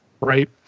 right